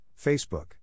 Facebook